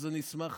אז אני אשמח,